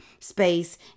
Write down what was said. space